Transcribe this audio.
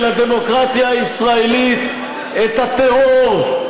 והכניסו בדלת הראשית של הדמוקרטיה הישראלית את הטרור,